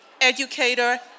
educator